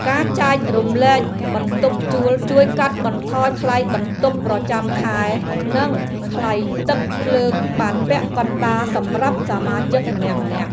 ការចែករំលែកបន្ទប់ជួលជួយកាត់បន្ថយថ្លៃបន្ទប់ប្រចាំខែ និងថ្លៃទឹកភ្លើងបានពាក់កណ្តាលសម្រាប់សមាជិកម្នាក់ៗ។